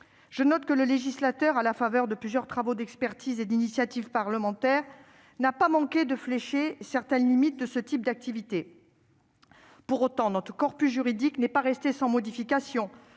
Je note que le législateur, à la faveur de plusieurs travaux d'expertise, à la suite d'initiatives parlementaires, n'a pas manqué de « flécher » certaines limites de ce type d'activités. Pour autant, notre corpus juridique n'est pas resté sans modification